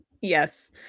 Yes